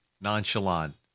nonchalant